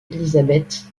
elizabeth